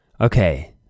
Okay